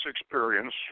experience